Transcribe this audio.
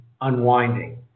unwinding